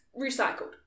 recycled